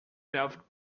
laughed